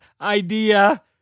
idea